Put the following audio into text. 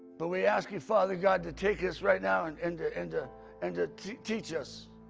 but we ask you, father god, to take this right now, and and and and to to teach us,